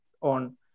on